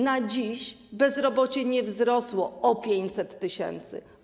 Na dziś bezrobocie nie wzrosło o 500 tys.